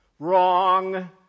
Wrong